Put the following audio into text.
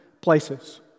places